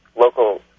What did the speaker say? local